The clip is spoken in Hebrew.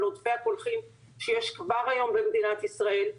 עודפי הקולחים שיש כבר היום במדינת ישראל.